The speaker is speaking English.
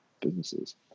businesses